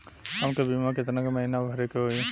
हमके बीमा केतना के महीना भरे के होई?